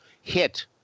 hit